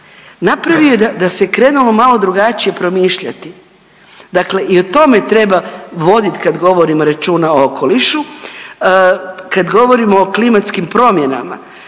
Napravio je da se krenulo malo drugačije promišljati. Dakle i o tome treba voditi kad govorim računa o okolišu. Kad govorimo o klimatskim promjenama